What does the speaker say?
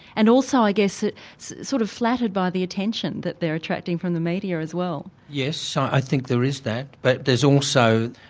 and also i guess sort of flattered by the attention that they're attracting from the media as well? yes, i think there is that. but there's also.